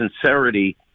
sincerity